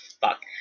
Fuck